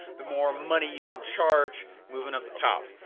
the more money you can charge moving up the top.